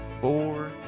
four